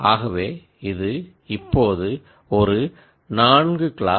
ஆகவே இது இப்போது ஒரு 4 கிளாஸ் பிராப்ளம் 4 class problem